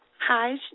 hi